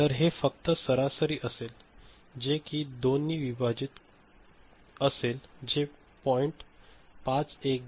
तर हे फक्त सरासरी असेल जे कि 2 नि विभाजित असेल जे पॉईंट 512 0